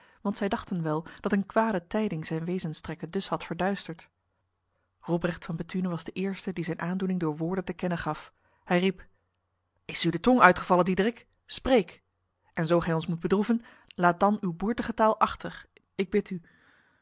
want zij dachten wel dat een kwade tijding zijn wezenstrekken dus had verduisterd robrecht van bethune was de eerste die zijn aandoening door woorden te kennen gaf hij riep is u de tong uitgevallen diederik spreek en zo gij ons moet bedroeven laat dan uw boertige taal achter ik bid u